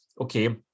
okay